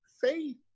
Faith